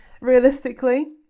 Realistically